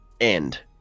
end